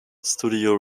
studio